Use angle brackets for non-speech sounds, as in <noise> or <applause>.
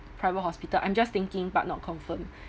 private hospital I'm just thinking but not confirmed <breath>